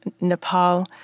Nepal